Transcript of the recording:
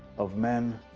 of men.